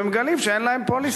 ומגלים שאין להם פוליסה.